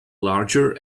larger